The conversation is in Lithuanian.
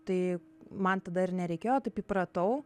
tai man tada ir nereikėjo taip įpratau